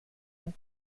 een